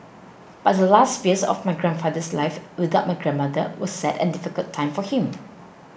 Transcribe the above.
but the last few years of my grandfather's life without my grandmother were sad and difficult time for him